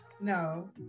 no